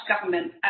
government